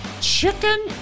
chicken